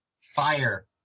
Fire